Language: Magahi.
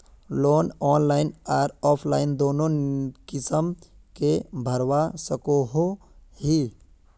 लोन ऑनलाइन आर ऑफलाइन दोनों किसम के भरवा सकोहो ही?